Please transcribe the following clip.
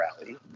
rally